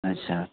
अच्छा